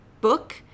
book